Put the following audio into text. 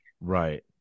right